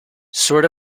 sort